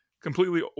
Completely